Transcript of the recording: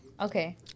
Okay